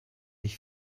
ich